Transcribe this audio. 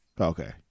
Okay